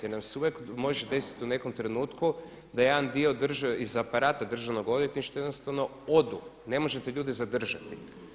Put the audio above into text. Jer nam se uvijek može desiti u nekom trenutku da jedan dio iz aparata državnog odvjetništva jednostavno odu, ne možete ljude zadržati.